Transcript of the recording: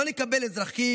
לא נקבל אזרחים,